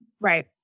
Right